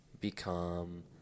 become